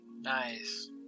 Nice